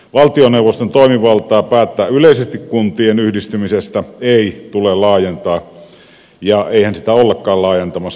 valtioneuvoston toimivaltaa päättää yleisesti kuntien yhdistymisestä ei tule laajentaa ja eihän sitä ollakaan laajentamassa